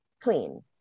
clean